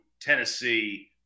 Tennessee